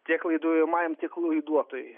tiek laiduojamajam tiek laiduotojui